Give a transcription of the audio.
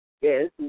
Yes